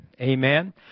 Amen